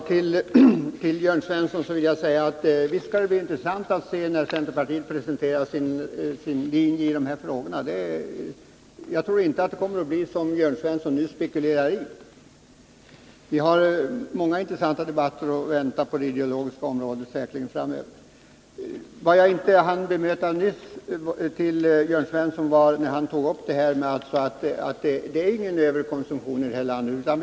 Herr talman! Visst skall det, Jörn Svensson, bli intressant när centerpartiet presenterar sin linje i dessa frågor. Men jag tror inte att situationen kommer att bli den som Jörn Svensson nu föreställer sig. Vi har säkerligen många intressanta debatter att vänta på det ideologiska området. Jag hann inte nyss bemöta Jörn Svenssons påstående att vi inte har någon överkonsumtion i detta land.